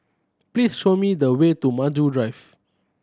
please show me the way to Maju Drive